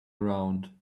around